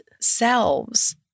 selves